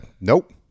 Nope